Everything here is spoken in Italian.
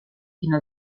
fino